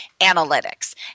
analytics